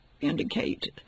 indicate